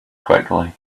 quickly